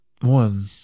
one